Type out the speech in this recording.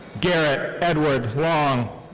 garrett edward long.